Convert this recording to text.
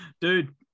dude